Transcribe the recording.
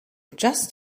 just